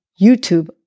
YouTube